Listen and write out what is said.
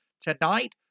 Tonight